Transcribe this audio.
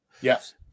Yes